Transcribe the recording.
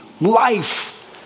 life